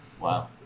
Wow